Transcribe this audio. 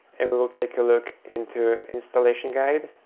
and we will take a look into installation guide,